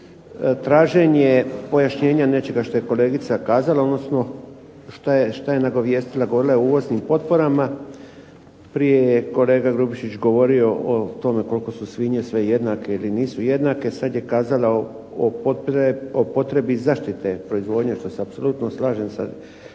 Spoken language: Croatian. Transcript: traženje pojašnjenja nečega što je kolegica kazala, odnosno šta je nagovijestila. Govorila je o uvoznim potporama, prije je kolega Grubišić govorio o tome koliko su svinje sve jednake ili nisu jednake, sad je kazala o potrebi zaštite proizvodnje što se apsolutno slažem sa …/Ne